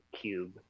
cube